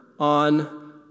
on